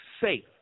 safe